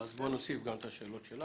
שאלות.